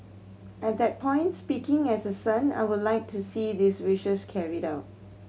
at that point speaking as a son I would like to see these wishes carried out